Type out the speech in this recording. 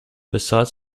besides